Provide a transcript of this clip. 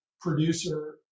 producer